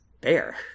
bear